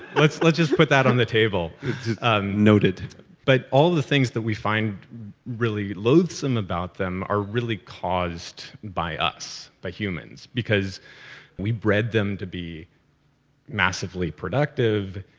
let's let's just put that on the table noted but all the things that we find really loathsome about them are really caused by us. by humans. because we bred them to be massively productive,